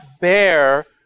bear